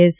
એસે